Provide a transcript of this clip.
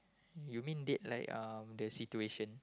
you mean date like um the situation